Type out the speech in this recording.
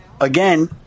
again